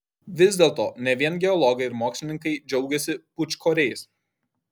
vis dėlto ne vien geologai ir mokslininkai džiaugiasi pūčkoriais